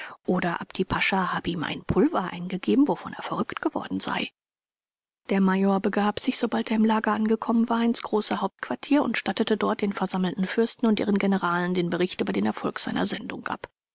oder apti pascha habe ihm ein pulver eingegeben wovon er verrückt geworden sei der major begab sich sobald er im lager angekommen war ins große hauptquartier und stattete dort den versammelten fürsten und ihren generalen den bericht über den erfolg seiner sendung ab